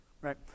Right